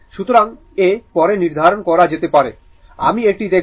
সুতরাং A পরে নির্ধারণ করা যেতে পারে আমি এটি দেখব